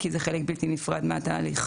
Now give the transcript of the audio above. כי זה חלק בלתי נפרד מהתהליך.